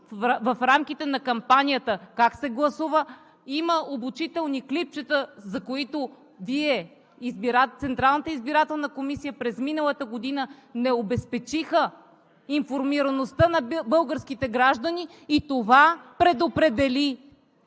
в рамките на кампанията как се гласува. Има обучителни клипчета, с които Централната избирателна комисия през миналата година не обезпечиха информираността на българските граждани. И това предопредели